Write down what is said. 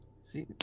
See